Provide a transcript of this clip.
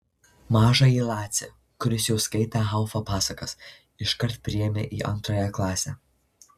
mažąjį lacį kuris jau skaitė haufo pasakas iškart priėmė į antrąją klasę